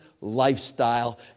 lifestyle